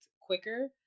quicker